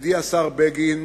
ידידי השר בגין,